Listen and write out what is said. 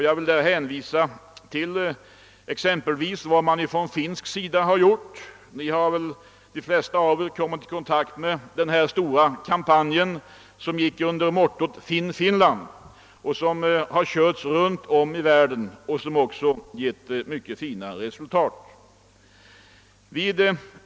Jag vill där hänvisa till den statsunderstödda finska kampanjen »Finn Finland», som väl de flesta av oss kommit i kontakt med. Den gick ut över hela världen och har givit mycket fina resultat.